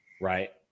right